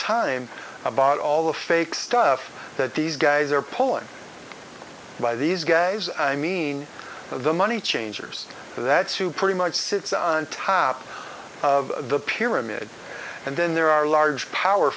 time about all the fake stuff that these guys are pulling by these guys i mean of the money changers so that's who pretty much sits on top of the pyramid and then there are large power